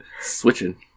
Switching